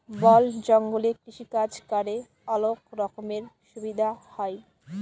বল জঙ্গলে কৃষিকাজ ক্যরে অলক রকমের সুবিধা হ্যয়